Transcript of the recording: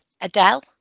Adele